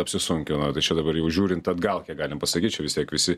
apsisunkina tai čia dabar jau žiūrint atgal kiek galim pasakyt čia vis tiek visi